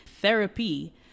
Therapy